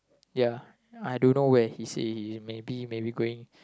ya I don't know where he say he maybe maybe going